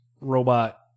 robot